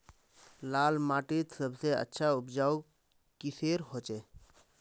लाल माटित सबसे अच्छा उपजाऊ किसेर होचए?